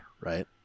right